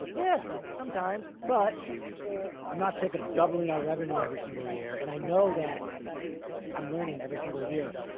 yeah. sometimes, but i'm not sick of doubling our revenue every single year. and i know that i'm learning every single year,